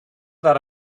that